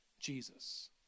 jesus